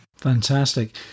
Fantastic